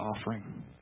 offering